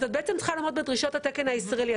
את בעצם צריכה לעמוד בדרישות התקן הישראלי.